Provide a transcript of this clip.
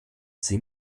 sie